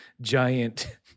giant